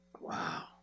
Wow